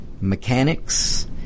mechanics